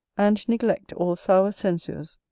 and neglect all sour censures.